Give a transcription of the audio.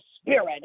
spirit